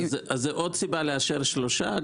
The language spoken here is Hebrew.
זו עוד סיבה לאשר שלושה.